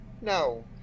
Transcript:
no